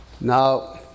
Now